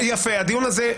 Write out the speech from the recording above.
הדיון הזה,